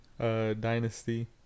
dynasty